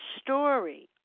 story